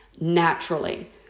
naturally